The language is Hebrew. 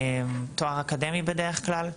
תואר אקדמי בדרך כלל.